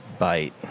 bite